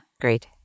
great